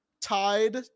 tied